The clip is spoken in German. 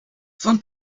von